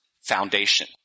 foundation